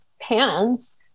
pants